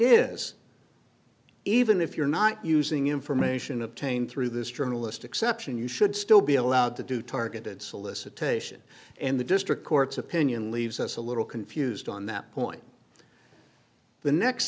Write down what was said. is even if you're not using information obtained through this journalist exception you should still be allowed to do targeted solicitation and the district court's opinion leaves us a little confused on that point the next